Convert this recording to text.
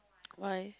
why